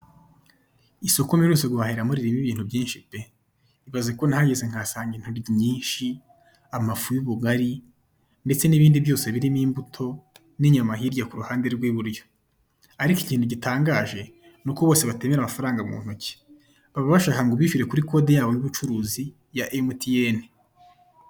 Isoko mperutse guhahira mo ririmo ibintu byinshi pe, ibaze ko nahageze nkahasanga intoryi nyinshi, amafu y'ubugari ndetse n'ibindi byose birimo imbuto n'inyama hirya kuru ruhande rw'iburyo ariko ikintu gitangaje nuko bose batebera amafaranga mu ntoki baba bashaka ngo ubishyure kuri kode yabo y'ubucuruzi ya mtn